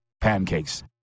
pancakes